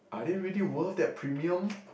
are they really worth their premium